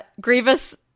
Grievous-